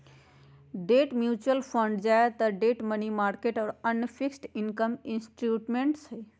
debt mutual fund ज्यादातर debt, money market और अन्य फिक्स्ड इनकम इंस्ट्रूमेंट्स हई